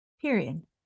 Period